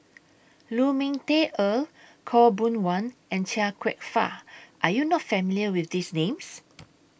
Lu Ming Teh Earl Khaw Boon Wan and Chia Kwek Fah Are YOU not familiar with These Names